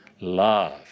love